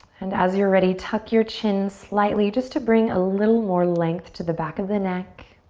and as you're ready, tuck your chin slightly just to bring a little more length to the back of the neck.